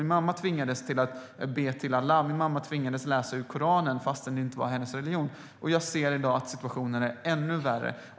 Min mamma tvingades att be till Allah. Min mamma tvingades att läsa ur Koranen fast det inte var hennes religion. Jag ser i dag att situationen är ännu värre.